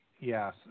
Yes